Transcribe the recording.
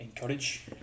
encourage